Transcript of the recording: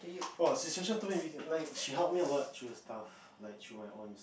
!wah! told me we get like she helped me a lot through stuffs like through my own